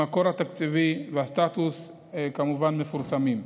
המקור התקציבי והסטטוס כמובן מפורסמים.